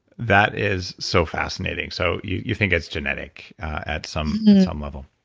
that is so fascinating. so, you you think that's genetic at some um level.